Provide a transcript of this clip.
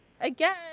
Again